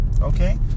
Okay